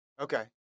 Okay